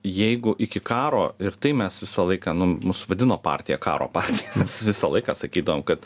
jeigu iki karo ir tai mes visą laiką nu mus vadino partija karo partija nes visą laiką sakydavom kad